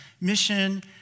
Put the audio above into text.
mission